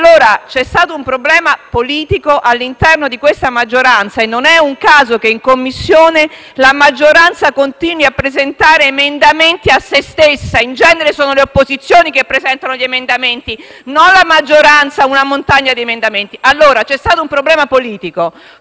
C'è stato un problema politico all'interno di questa maggioranza e non è un caso che in Commissione la maggioranza continui a presentare emendamenti a se stessa. In genere sono le opposizioni che presentano gli emendamenti e non la maggioranza, che ne ha presentati una montagna. C'è stato un problema politico